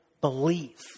belief